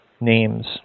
names